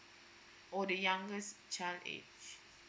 oh the youngest child age